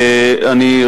אני,